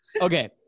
Okay